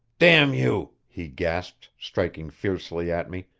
damn you! he gasped, striking fiercely at me.